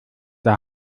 der